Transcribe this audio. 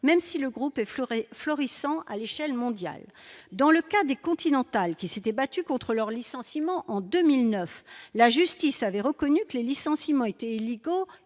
même si le groupe effleurée florissant à l'échelle mondiale, dans le cas des Continental, qui s'étaient battus contre leur licenciement en 2009, la justice avait reconnu que les licenciements étaient illico